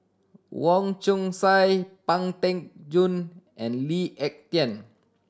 Wong Chong Sai Pang Teck Joon and Lee Ek Tieng